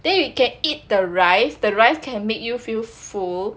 then you can eat the rice the rice can make you feel full